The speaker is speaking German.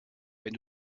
wenn